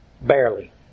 Barely